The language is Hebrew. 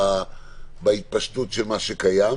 להיאבק בהתפשטות של מה שקיים